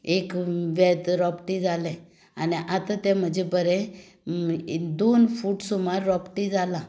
एक वेंत रोंपटें जालें आनी आतां तें म्हजें बरें दोन फूट सुमार रोंपटें जालां